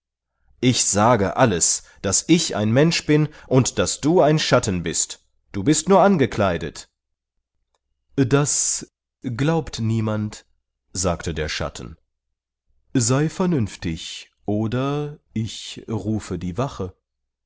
ich sage alles daß ich ein mensch bin und daß du ein schatten bist du bist nur angekleidet das glaubt niemand sagte der schatten sei vernünftig oder ich rufe die wache